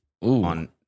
on